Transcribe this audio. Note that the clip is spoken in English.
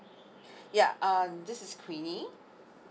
ya um this is queenie